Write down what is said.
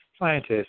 scientists